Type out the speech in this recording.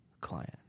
client